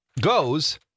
goes